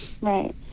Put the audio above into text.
Right